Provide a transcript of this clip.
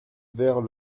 vert